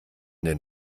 den